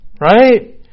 Right